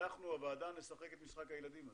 אנחנו, הוועדה, נשחק את משחק הילדים הזה.